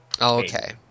Okay